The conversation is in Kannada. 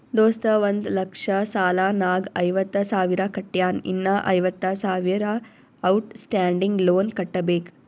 ದೋಸ್ತ ಒಂದ್ ಲಕ್ಷ ಸಾಲ ನಾಗ್ ಐವತ್ತ ಸಾವಿರ ಕಟ್ಯಾನ್ ಇನ್ನಾ ಐವತ್ತ ಸಾವಿರ ಔಟ್ ಸ್ಟ್ಯಾಂಡಿಂಗ್ ಲೋನ್ ಕಟ್ಟಬೇಕ್